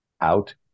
out